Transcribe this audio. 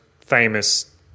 famous